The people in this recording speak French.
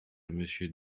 monsieur